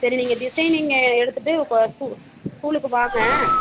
சரி நீங்கள் டிசைனிங்கை எடுத்துட்டு இப்போ ஸ்கூ ஸ்கூலுக்கு வாங்க